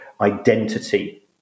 identity